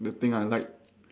the thing I like